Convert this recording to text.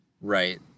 Right